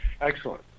Excellent